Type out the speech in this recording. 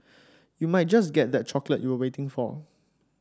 you might just get that chocolate you were waiting for